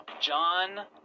John